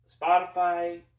Spotify